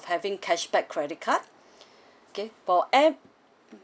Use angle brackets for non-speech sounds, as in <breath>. having cashback credit card <breath> okay for air